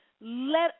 Let